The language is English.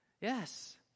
Yes